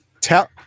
Tell